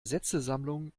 sätzesammlung